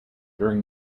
during